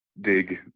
dig